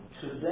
today